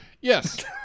Yes